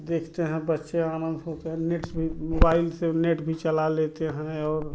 देखते हैं बच्चे आनंद हो के नेट भी मोबाइल से नेट भी चला लेते हैं और